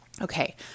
okay